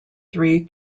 three